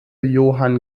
johann